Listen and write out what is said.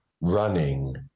running